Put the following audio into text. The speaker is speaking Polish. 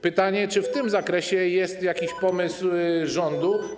Pytanie, czy w tym zakresie jest jakiś pomysł rządu.